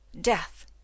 Death